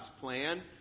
plan